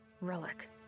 Relic